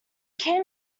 can